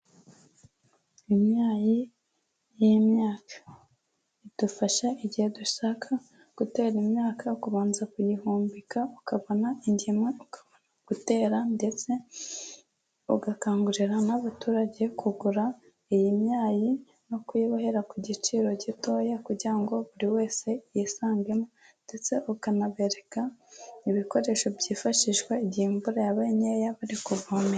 Imyayi y'imyaka, idufasha igihe dushaka gutera imyaka kubanza kuyihumbika, ukabona ingemwe, ukabona gutera ndetse, ugakangurira n'abaturage kugura iyi myayi, no kuyibahera ku giciro gitoya, kugira ngo buri wese yisangemo. Ndetse ukanabereka ibikoresho byifashishwa igihe imvura yaba nkeya, bari kuvomera.